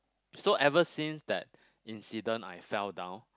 so ever since that incident I fell down